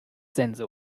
sense